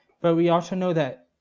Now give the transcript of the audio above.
but we also know that